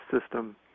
system